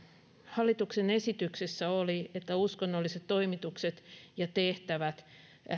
hallituksen esityksessä oli että uskonnolliset toimitukset ja tehtävät